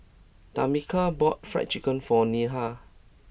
Tamica bought Fried Chicken for Neha